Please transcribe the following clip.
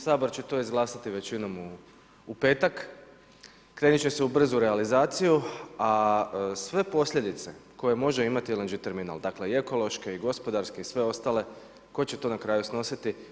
Sabor će to izglasati većinom u petak, krenut će se u brzu realizaciju, a sve posljedice koje može imati LNG terminal dakle i ekološke i gospodarske i sve ostale tko je to na kraju snositi?